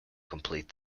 complete